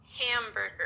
Hamburger